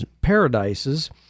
paradises